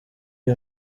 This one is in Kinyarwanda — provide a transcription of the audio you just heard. iyi